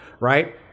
right